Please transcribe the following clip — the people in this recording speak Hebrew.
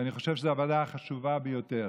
ואני חושב שזו ועדה חשובה ביותר.